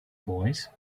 boys